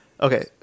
Okay